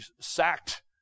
sacked